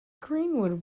greenwood